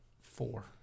four